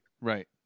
Right